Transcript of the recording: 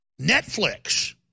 Netflix